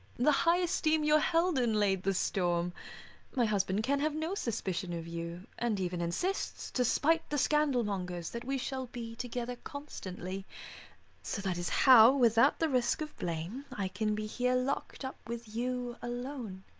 the high esteem you're held in, laid the storm my husband can have no suspicion of you, and even insists, to spite the scandal-mongers, that we shall be together constantly so that is how, without the risk of blame, i can be here locked up with you alone,